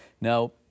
Now